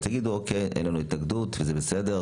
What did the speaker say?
תגידו אוקיי, אין לנו התנגדות, וזה בסדר.